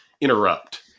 interrupt